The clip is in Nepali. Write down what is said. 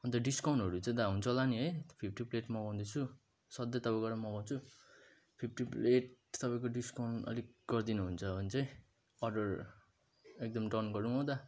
अन्त डिस्काउन्टहरू चाहिँ दा हुन्छ होला नि है फिप्टी प्लेट मगाउँदैछु सधैँ तपाईँकोबाट मगाउँछु फिप्टी प्लेट तपाईँको डिस्काउन्ट अलिक गरिदिनु हुन्छ भने चाहिँ अर्डर एकदम डन गरौँ हो दा